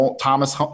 Thomas